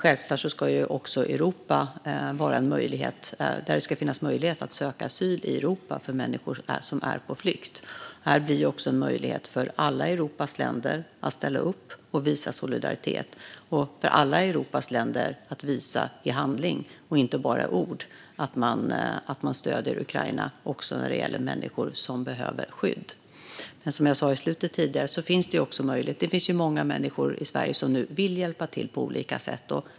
Självklart ska det också finnas möjlighet för människor som är på flykt att söka asyl i Europa. Detta blir en möjlighet för alla Europas länder att ställa upp och visa solidaritet samt en möjlighet för alla Europas länder att visa i handling och inte bara med ord att de stöder Ukraina också när det gäller människor som behöver skydd. Som jag sa tidigare finns det många människor i Sverige som nu vill hjälpa till på olika sätt.